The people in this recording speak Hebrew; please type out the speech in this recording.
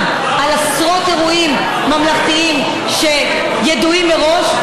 על עשרות אירועים ממלכתיים שידועים מראש,